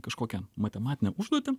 kažkokią matematinę užduotį